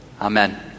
Amen